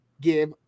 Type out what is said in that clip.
give